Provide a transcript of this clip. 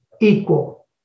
equal